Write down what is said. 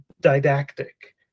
didactic